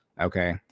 Okay